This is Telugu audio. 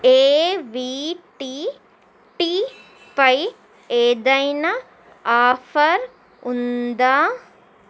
ఏవీటీ టీ పై ఏదైన ఆఫర్ ఉందా